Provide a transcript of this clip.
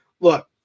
look